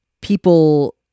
people